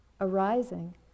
arising